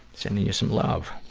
sending you some love.